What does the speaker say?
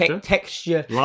texture